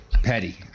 Petty